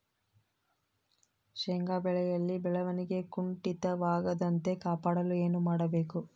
ಶೇಂಗಾ ಬೆಳೆಯಲ್ಲಿ ಬೆಳವಣಿಗೆ ಕುಂಠಿತವಾಗದಂತೆ ಕಾಪಾಡಲು ಏನು ಮಾಡಬೇಕು?